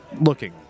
looking